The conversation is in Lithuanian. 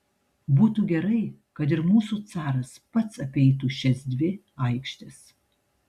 būtų gerai kad ir mūsų caras pats apeitų šias dvi aikštes